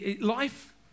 Life